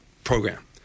Program